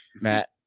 Matt